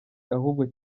ahubwo